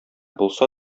булса